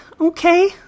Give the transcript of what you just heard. okay